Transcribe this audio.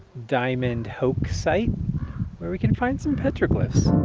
diamond hoax site where we can find some petroglyphs,